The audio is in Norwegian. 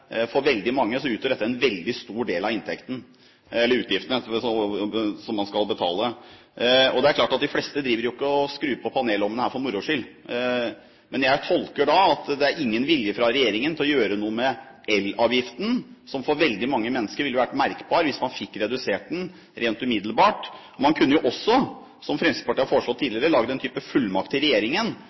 for veldig mange utgjøre en stor del av utgiftene man skal betale, og de fleste driver ikke og skrur på panelovnene for moro skyld. Jeg tolker svaret slik at det er ingen vilje fra regjeringen til å gjøre noe med elavgiften, som for veldig mange mennesker ville vært merkbart hvis man fikk den redusert rent umiddelbart. Man kunne også, som Fremskrittspartiet har foreslått tidligere, ha laget en type fullmakt til regjeringen